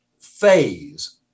phase